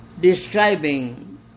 describing